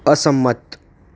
અસંમત